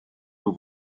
nhw